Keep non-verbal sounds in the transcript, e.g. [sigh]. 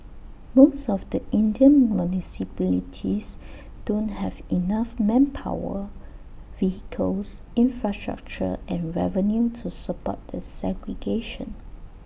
most of the Indian municipalities [noise] don't have enough manpower vehicles infrastructure and revenue to support the segregation